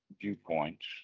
viewpoints